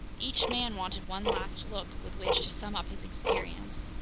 each man wanted one last look with which to sum up his experience.